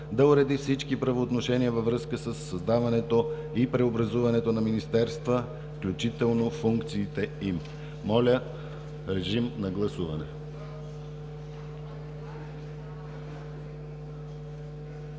да уреди всички правоотношения във връзка със създаването и преобразуването на министерства, включително функциите им.“ Моля, режим на гласуване.